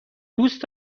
دوست